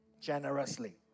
generously